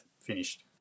finished